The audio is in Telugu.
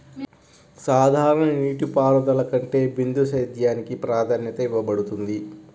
సాధారణ నీటిపారుదల కంటే బిందు సేద్యానికి ప్రాధాన్యత ఇవ్వబడుతుంది